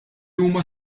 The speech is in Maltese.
huma